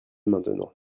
maintenant